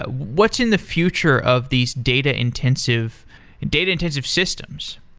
ah what's in the future of these data-intensive data-intensive systems?